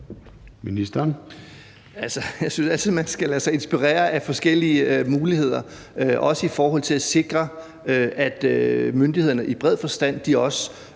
Jensen): Jeg synes altid, man skal lade sig inspirere af forskellige muligheder, også i forhold til at sikre, at myndighederne i bred forstand også